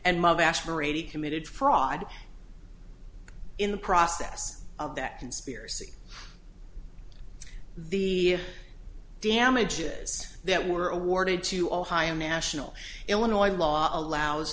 aspirated committed fraud in the process of that conspiracy the damages that were awarded to ohio national illinois law allows